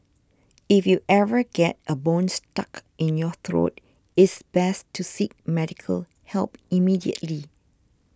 if you ever get a bone stuck in your throat it's best to seek medical help immediately